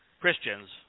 Christians